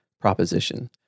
proposition